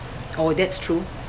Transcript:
oh that's true